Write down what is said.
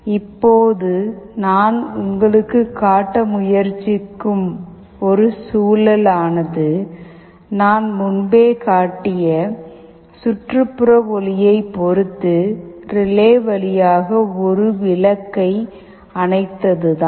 இப்போது நான் உங்களுக்குக் காட்ட முயற்சிக்கும் ஒரு சூழல் ஆனது நான் முன்பே காட்டிய சுற்றுப்புற ஒளியைப் பொறுத்து ரிலே வழியாக ஒரு விளக்கை அணைத்தது தான்